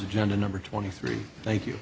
agenda number twenty three thank you